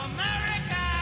America